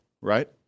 right